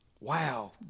Wow